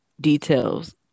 details